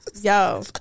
Yo